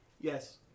Yes